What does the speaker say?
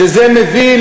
שזה מביא,